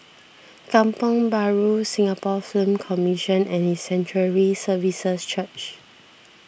Kampong Bahru Road Singapore Film Commission and His Sanctuary Services Church